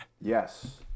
Yes